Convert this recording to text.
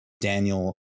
Daniel